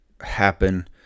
happen